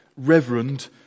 Reverend